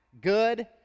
good